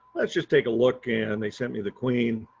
let's just take a look and they sent me the queen.